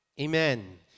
Amen